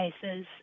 cases